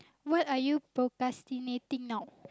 what are you procrastinating now